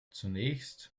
zunächst